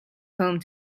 home